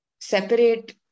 separate